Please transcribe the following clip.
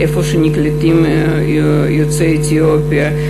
איפה שנקלטים יוצאי אתיופיה.